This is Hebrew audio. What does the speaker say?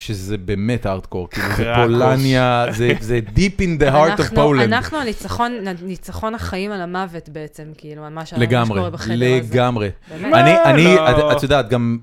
שזה באמת הארד-קור, זה פולניה, זה Deep in the heart of Poland. אנחנו ניצחון החיים על המוות בעצם, כאילו, ממש. לגמרי, לגמרי. אני, את יודעת, גם...